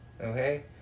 Okay